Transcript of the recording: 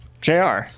JR